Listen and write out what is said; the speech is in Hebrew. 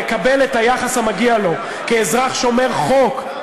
יקבל את היחס המגיע לו כאזרח שומר חוק.